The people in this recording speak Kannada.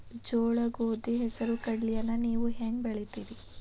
ಜೋಳ, ಗೋಧಿ, ಹೆಸರು, ಕಡ್ಲಿಯನ್ನ ನೇವು ಹೆಂಗ್ ಬೆಳಿತಿರಿ?